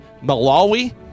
Malawi